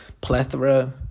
Plethora